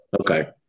okay